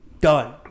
Done